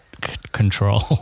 control